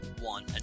one